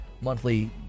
monthly